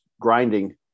grinding